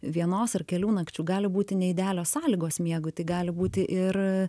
vienos ar kelių nakčių gali būti ne idealios sąlygos miegui tai gali būti ir